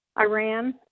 Iran